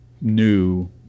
new